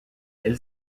elle